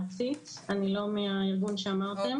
ארצית, אני לא מהארגון שאמרתם.